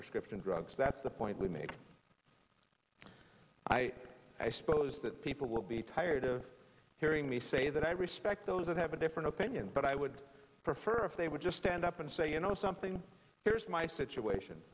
prescription drugs that's the point we make i i suppose that people will be tired of hearing me say that i respect those that have a different opinion but i would prefer if they would just stand up and say you know something here's my situation